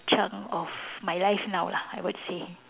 chunk of my life now lah I would say